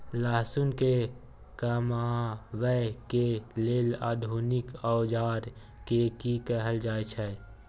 लहसुन के कमाबै के लेल आधुनिक औजार के कि कहल जाय छै?